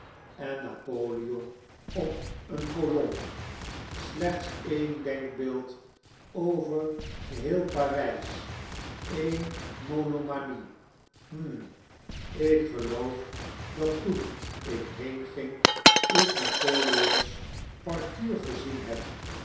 en napoleon op de kolom siechts een denkbeeld over geheel parys een monomanie hum ik geloof dat toen ik heenging ik napoleon's partuur gezien heb